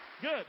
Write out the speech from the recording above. Good